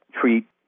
treat